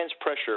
pressure